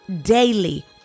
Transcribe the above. daily